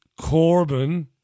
Corbyn